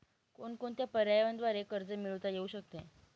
कोणकोणत्या पर्यायांद्वारे कर्ज मिळविता येऊ शकते?